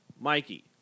Mikey